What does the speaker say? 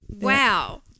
Wow